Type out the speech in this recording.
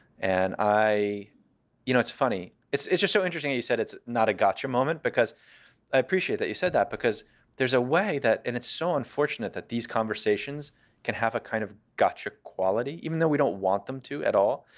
and you know it's funny. it's it's just so interesting you said it's not a gotcha moment because i appreciate that you said that because there's a way that and it's so unfortunate that these conversations can have a kind of gotcha quality, even though we don't want them to at all.